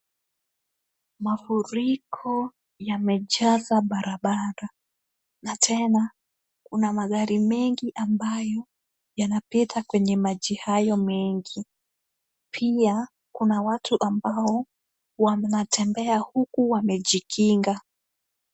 Mafuriko yamejaza barabara na tena kuna magari mengi ambayo yanapita kwenye maji hayo mengi. Pia kuna watu ambao wanatembea huku wamejikinga.